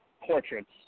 portraits